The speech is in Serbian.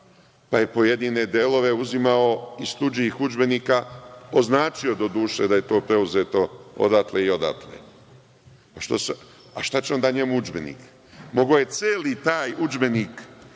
pa je pojedine delove uzimao iz tuđih udžbenika, označio doduše da je to preuzeto odatle i odatle. Šta će onda njemu udžbenik? Mogao je celi taj udžbenik,